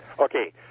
Okay